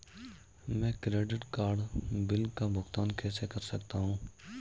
मैं credit card bill का भुगतान कैसे कर सकता हूं?